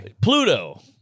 Pluto